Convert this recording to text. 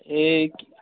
ییٚکیٛاہ